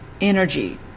energy